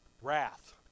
Wrath